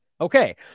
Okay